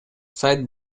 сайт